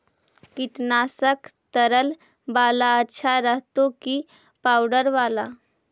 कीटनाशक तरल बाला अच्छा रहतै कि पाउडर बाला?